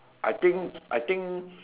I think I think